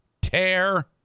tear